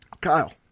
Kyle